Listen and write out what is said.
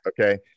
Okay